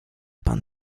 pan